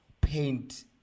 paint